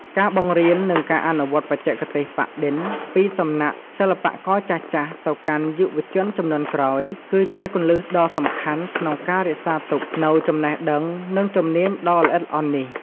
ការបង្រៀន និងការអនុវត្តបច្ចេកទេសប៉ាក់-ឌិន ពីសំណាក់ សិប្បករចាស់ៗ ទៅកាន់ យុវជនជំនាន់ក្រោយ គឺជាគន្លឹះដ៏សំខាន់ក្នុងការរក្សាទុកនូវ ចំណេះដឹង និងជំនាញដ៏ល្អិតល្អន់ នេះ។